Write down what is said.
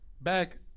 Back